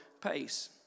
pace